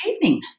evening